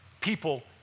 People